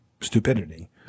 stupidity